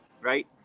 right